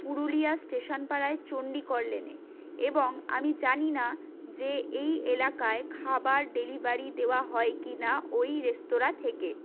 Purulia station পাড়ায় চন্ডীকর লেনে এবং আমি জানি না যে এই এলাকায় খাবার ডেলিভারি দেওয়া হয় কিনা ওই রেস্তোরাঁ থেকে